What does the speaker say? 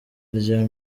rya